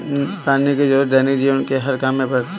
पानी की जरुरत दैनिक जीवन के हर काम में पड़ती है